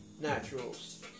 naturals